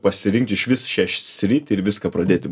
pasirinkt išvis šią sritį ir viską pradėti